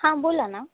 हां बोला ना